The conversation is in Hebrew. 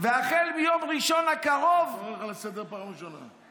אני קורא אותך לסדר פעם ראשונה.